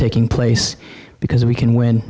taking place because we can win